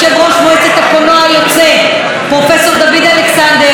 מועצת הקולנוע היוצא פרופ' דוד אלכסנדר,